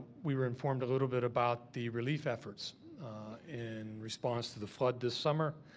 we were informed a little bit about the relief efforts in response to the flood this summer.